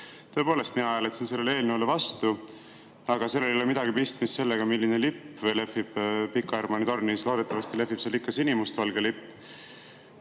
tõepoolest, mina hääletasin sellele eelnõule vastu. Aga sellel ei ole midagi pistmist sellega, milline lipp lehvib Pika Hermanni tornis. Loodetavasti lehvib seal ikka sinimustvalge lipp.